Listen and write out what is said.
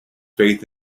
faith